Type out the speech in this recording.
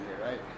right